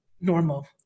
normal